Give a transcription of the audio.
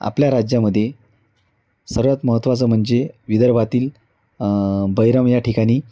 आपल्या राज्यामध्ये सर्वात महत्त्वाचं म्हणजे विदर्भातील बैरम या ठिकाणी